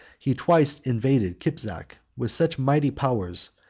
he twice invaded kipzak with such mighty powers,